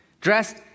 dressed